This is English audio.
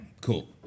cool